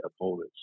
opponents